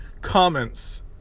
comments